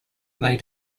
lay